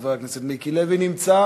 חבר הכנסת מיקי לוי, נמצא